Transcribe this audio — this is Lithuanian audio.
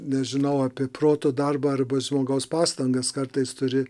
nežinau apie proto darbą arba žmogaus pastangas kartais turi